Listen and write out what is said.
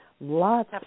lots